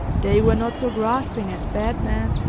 they were not so grasping as batman,